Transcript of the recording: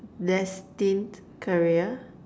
destined career